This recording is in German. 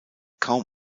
kaum